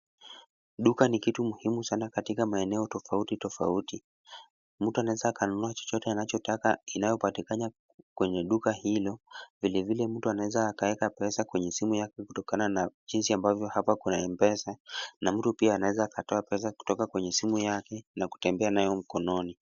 Duka ni kitu muhimu sana katika maeneo tofauti tofauti. Mtu anaweza kununua chochote anachotaka inayopatikana kwenye duka hilo. Vilevile mtu anaweza kuweka pesa zake kutokana na jinsi hapa kuna mpesa na mtu pia anaweza kutoa pesa kwenye simu yake na kutembea nayo mkononi.